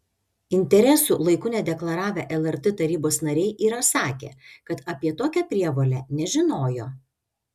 interesų laiku nedeklaravę lrt tarybos nariai yra sakę kad apie tokią prievolę nežinojo